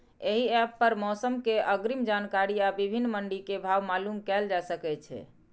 एहि एप पर मौसम के अग्रिम जानकारी आ विभिन्न मंडी के भाव मालूम कैल जा सकै छै